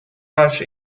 rush